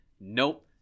nope